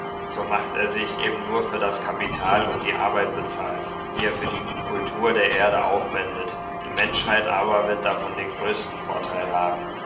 so macht er sich eben nur für das kapital und die arbeit bezahlt die er für die kultur der erde aufwendet die menschheit aber wird davon den größten vorteil haben